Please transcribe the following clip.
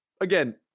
again